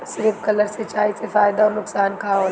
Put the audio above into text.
Sprinkler सिंचाई से फायदा अउर नुकसान का होला?